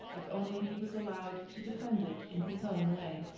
if only he was allowed to defend it in his own way.